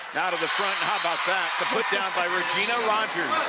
out of the front, how about that the put down by regina rogers.